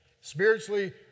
spiritually